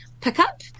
pickup